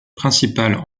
principales